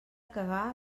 cagar